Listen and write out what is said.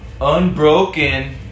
unbroken